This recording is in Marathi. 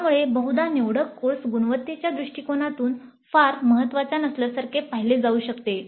यामुळे बहुधा निवडक कोर्स गुणवत्तेच्या दृष्टीकोनातून फार महत्वाचा नसल्यासारखे पाहिले जाऊ शकते